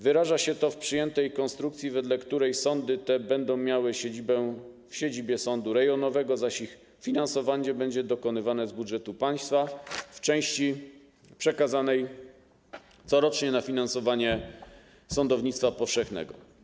Wyraża się to w przyjętej konstrukcji, wedle której będą one miały siedzibę w siedzibie sądu rejonowego, zaś ich finansowanie będzie dokonywane z budżetu państwa w części przekazanej corocznie na finansowanie sądownictwa powszechnego.